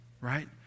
right